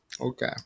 Okay